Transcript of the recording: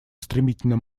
стремительным